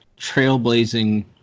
trailblazing